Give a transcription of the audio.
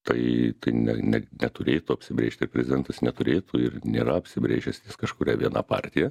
tai ne ne neturėtų apsibrėžti prezidentas neturėtų ir nėra apsibrėžęs ties kažkuria viena partija